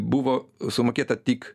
buvo sumokėta tik